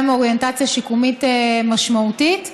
גם עם אוריינטציה שיקומית משמעותית.